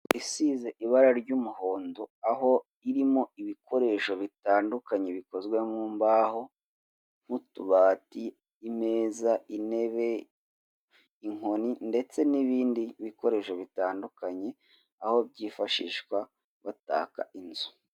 Isize ibara ry'umuhondo, aho irimo ibikoresho bitandukanye bikozwe mu mbahoho nk'utubati imeza, intebe, inkoni ndetse n'ibindi bikoresho bitandukanye, aho byifashishwa bataka inzu.